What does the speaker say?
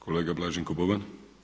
Kolega Blaženko Boban.